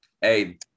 Hey